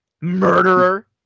Murderer